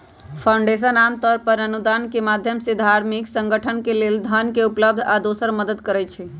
foundation आमतौर पर अनुदान के माधयम से धार्मिक संगठन के लेल धन उपलब्ध आ दोसर मदद करई छई